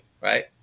right